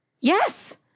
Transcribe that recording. Yes